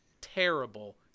terrible